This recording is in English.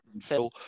Phil